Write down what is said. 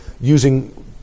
using